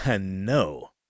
No